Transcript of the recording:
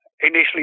initially